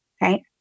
right